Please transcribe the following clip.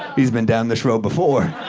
he's been down this road before.